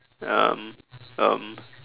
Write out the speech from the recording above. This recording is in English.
um um